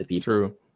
True